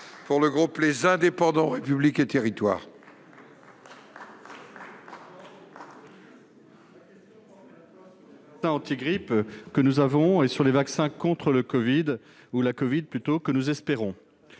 pour le groupe Les Indépendants -République et Territoires.